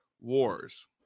wars